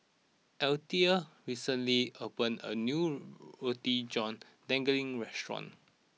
Alethea recently opened a new Roti John Daging restaurant